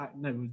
No